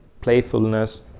playfulness